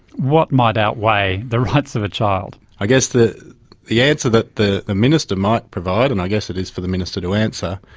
what might outweigh the rights of a child? i guess the the answer that the the minister might provide, and i guess it is for the minister to answer,